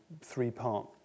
three-part